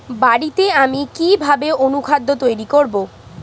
বাড়িতে আমি কিভাবে অনুখাদ্য তৈরি করব?